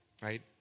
right